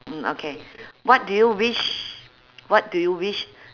mm okay what do you wish what do you wish